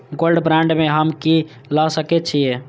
Gold bond में हम की ल सकै छियै?